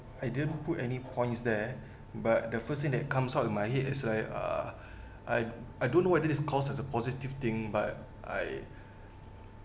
I didn't put any points there but the first thing that comes out of my head is I uh I I don't know whether it is called as a positive thing but I